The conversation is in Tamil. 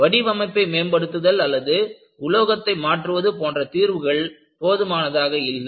வடிவமைப்பை மேம்படுத்துதல் அல்லது உலோகத்தை மாற்றுவது போன்ற தீர்வுகள் போதுமானதாக இல்லை